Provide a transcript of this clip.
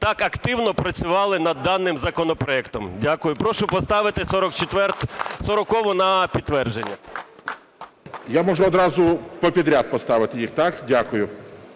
так активно працювали над даним законопроектом. Дякую. І прошу поставити 40-у на підтвердження. ГОЛОВУЮЧИЙ. Я можу зразу підряд поставити їх, так? Дякую.